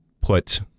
put